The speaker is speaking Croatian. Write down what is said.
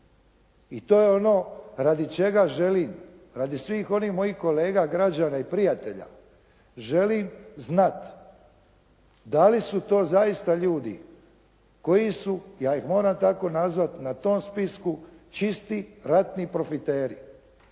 I to je ono radi čega želim, radi svih onih mojih kolega, građana i prijatelja, želim znati da li su to zaista ljudi koji su ja ih moram tako nazvati, na tom spisku čisti ratni profiteri.